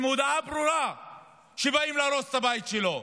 עם הודעה ברורה שבאים להרוס את הבית שלו.